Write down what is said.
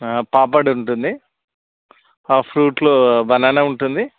పాపడ్ ఉంటుంది ఫ్రూట్లో బనానా ఉంటుంది